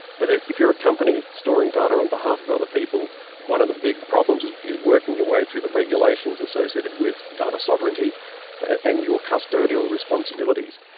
but if if you're a company storing data on behalf of other people, one of the big problems is is working your way through the regulations associated with data sovereignty and your customer deal responsibilities.